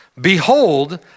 Behold